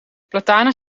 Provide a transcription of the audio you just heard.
platanen